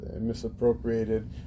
misappropriated